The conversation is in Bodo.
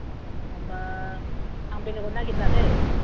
अ होनबा आं बेलेगाव नागिरला दै